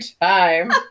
time